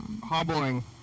Hobbling